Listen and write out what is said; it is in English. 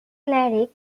cleric